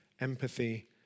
empathy